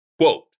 Quote